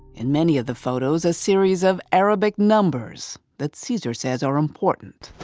and many of the photos, a series of arabic numbers that caesar says are important.